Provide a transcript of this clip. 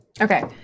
Okay